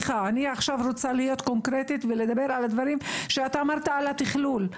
אני רוצה עכשיו להיות קונקרטית ולדבר על הדברים שאתה אמרת על התכלול.